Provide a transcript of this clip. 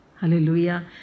Hallelujah